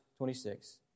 26